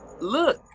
Look